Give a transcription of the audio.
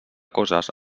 coses